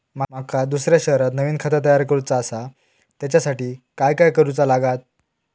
माका दुसऱ्या शहरात नवीन खाता तयार करूचा असा त्याच्यासाठी काय काय करू चा लागात?